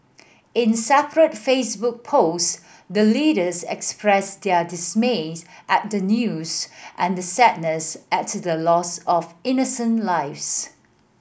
in separate Facebook posts the leaders expressed their dismays at the news and sadness at the loss of innocent lives